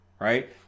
right